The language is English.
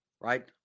right